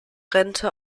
rente